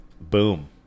boom